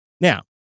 Now